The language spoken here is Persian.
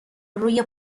روی